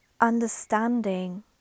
Understanding